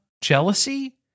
jealousy